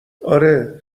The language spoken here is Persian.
آره